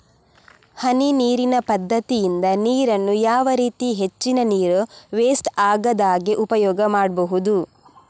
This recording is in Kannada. ಹನಿ ನೀರಿನ ಪದ್ಧತಿಯಿಂದ ನೀರಿನ್ನು ಯಾವ ರೀತಿ ಹೆಚ್ಚಿನ ನೀರು ವೆಸ್ಟ್ ಆಗದಾಗೆ ಉಪಯೋಗ ಮಾಡ್ಬಹುದು?